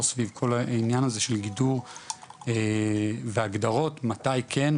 סביב כל העניין הזה של גידור והגדרות מתי כן,